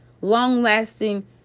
long-lasting